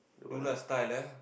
do lah style eh